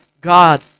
God